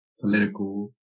political